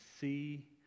see